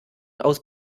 aus